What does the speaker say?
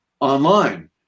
online